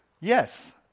Yes